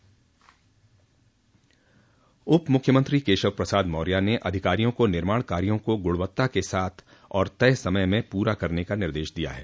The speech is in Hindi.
उपमुख्यमंत्री केशव प्रसाद मौर्य ने अधिकारियों को निर्माण कार्यों को गुणवत्ता के साथ और तय समय में पूरा करने का निर्देश दिया है